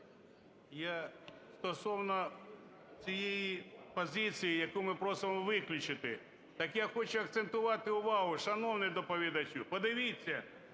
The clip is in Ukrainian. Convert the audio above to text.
Я стосовно тієї позиції, яку ми просимо виключити, так я хочу акцентувати увагу, шановний доповідачу, подивіться